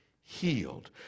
healed